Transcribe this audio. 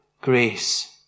grace